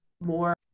more